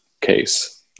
case